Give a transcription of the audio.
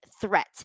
threat